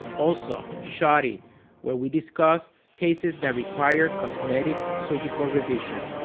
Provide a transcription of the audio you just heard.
also shoddy where we discuss cases that require cosmetic surgical revision.